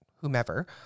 whomever